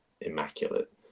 immaculate